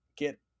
get